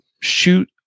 shoot